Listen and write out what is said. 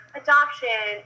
adoption